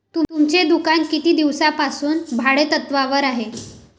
तुमचे दुकान किती दिवसांपासून भाडेतत्त्वावर आहे?